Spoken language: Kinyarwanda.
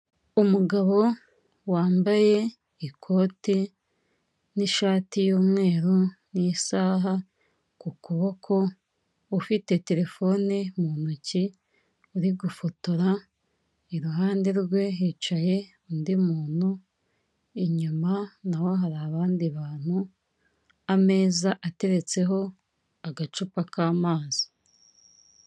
Umugabo wambaye ikote n'ishati y'umweru n'isaha ku kuboko, ufite terefone mu ntoki uri gufotora. Iruhande rwe hicaye undi muntu, inyuma naho hari abandi bantu, ameza ateretseho agacupa k'amazi.